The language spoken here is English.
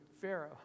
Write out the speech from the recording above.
Pharaoh